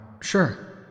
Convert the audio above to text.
Sure